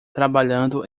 trabalhando